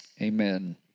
amen